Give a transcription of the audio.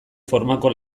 formako